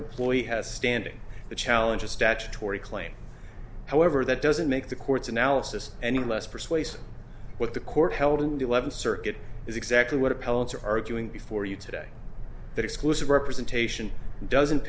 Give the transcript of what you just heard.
employee has standing to challenge a statutory claim however that doesn't make the court's analysis any less persuasive what the court held and eleventh circuit is exactly what appellants are arguing before you today that exclusive representation doesn't